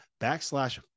backslash